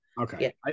okay